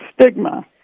stigma